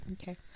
Okay